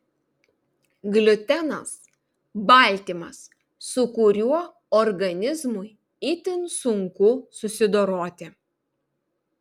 gliutenas baltymas su kuriuo organizmui itin sunku susidoroti